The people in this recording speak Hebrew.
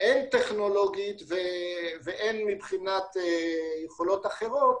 הן טכנולוגית והן מבחינת יכולות אחרות,